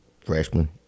freshman